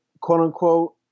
quote-unquote